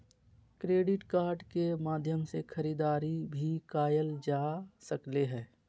credit card के माध्यम से खरीदारी भी कायल जा सकले हें